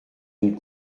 une